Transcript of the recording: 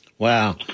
Wow